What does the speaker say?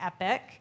epic